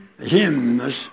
hymns